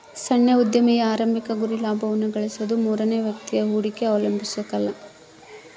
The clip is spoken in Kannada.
ಸಣ್ಣ ಉದ್ಯಮಿಯ ಆರಂಭಿಕ ಗುರಿ ಲಾಭವನ್ನ ಗಳಿಸೋದು ಮೂರನೇ ವ್ಯಕ್ತಿಯ ಹೂಡಿಕೆ ಅವಲಂಬಿಸಕಲ್ಲ